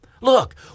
look